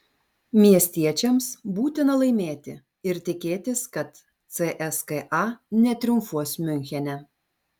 miestiečiams būtina laimėti ir tikėtis kad cska netriumfuos miunchene